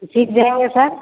सीख जाएंगे सर